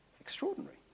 extraordinary